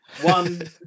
one